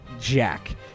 Jack